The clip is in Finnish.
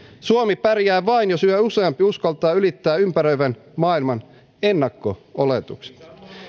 suomi pärjää vain jos yhä useampi uskaltaa ylittää ympäröivän maailman ennakko oletukset